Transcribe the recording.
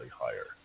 higher